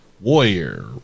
warrior